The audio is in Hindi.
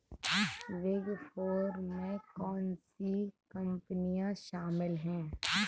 बिग फोर में कौन सी कंपनियाँ शामिल हैं?